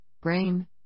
Brain